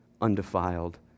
undefiled